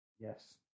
Yes